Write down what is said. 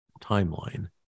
timeline